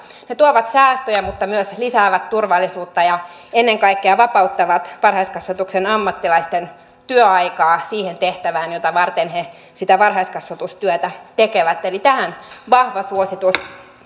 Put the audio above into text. ne tuovat säästöjä mutta myös lisäävät turvallisuutta ja ennen kaikkea vapauttavat varhaiskasvatuksen ammattilaisten työaikaa siihen tehtävään jota varten he sitä varhaiskasvatustyötä tekevät eli tästä vahva suositus